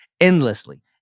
endlessly